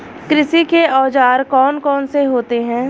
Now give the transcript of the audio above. कृषि के औजार कौन कौन से होते हैं?